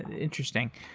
interesting.